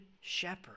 shepherd